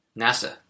NASA